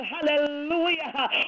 hallelujah